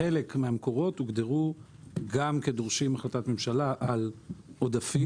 חלק מהמקורות הוגדרו גם כדורשים החלטות ממשלה על עודפים